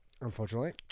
unfortunately